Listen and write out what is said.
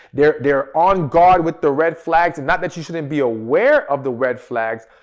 they're they're on guard with the red flags and not that you shouldn't be aware of the red flags,